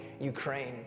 ukraine